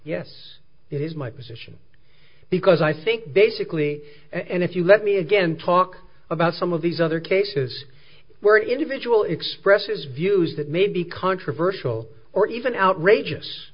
that is my position because i think basically and if you let me again talk about some of these other cases where individual expresses views that may be controversial or even outrageous